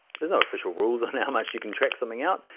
there's no official rules on how much you can stretch something out.